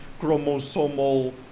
chromosomal